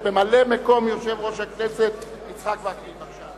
ממלא-מקום יושב-ראש הכנסת יצחק וקנין, בבקשה.